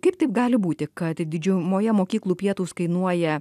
kaip taip gali būti kad didžiumoje mokyklų pietūs kainuoja